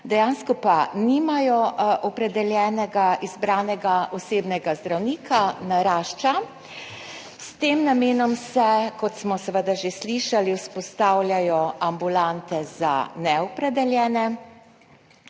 dejansko pa nimajo opredeljenega izbranega osebnega zdravnika, narašča. S tem namenom se, kot smo seveda že slišali, vzpostavljajo ambulante za neopredeljene.